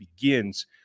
begins